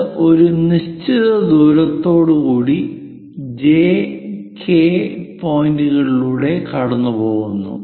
അത് ഒരു നിശ്ചിത ദൂരത്തോടുകൂടി J K പോയിന്റുകളിലൂടെ കടന്നുപോകുന്നു